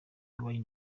wine